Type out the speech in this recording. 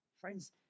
Friends